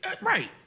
right